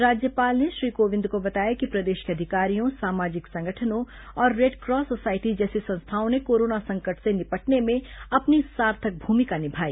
राज्यपाल ने श्री कोविंद को बताया कि प्रदेश के अधिकारियों सामाजिक संगठनों और रेडक्रॉस सोसायटी जैसी संस्थाओं ने कोरोना संकट से निपटने में अपनी सार्थक भूमिका निभाई